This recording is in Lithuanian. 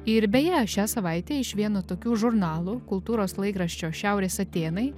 ir beje šią savaitę iš vieno tokių žurnalų kultūros laikraščio šiaurės atėnai